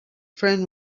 friend